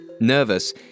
Nervous